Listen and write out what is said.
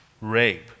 rape